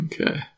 Okay